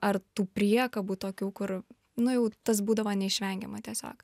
ar tų priekabų tokių kur nu jau tas būdavo neišvengiama tiesiog